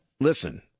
Listen